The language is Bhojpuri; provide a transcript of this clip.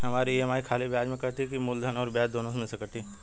हमार ई.एम.आई खाली ब्याज में कती की मूलधन अउर ब्याज दोनों में से कटी?